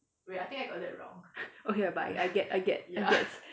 okay ah but I get I get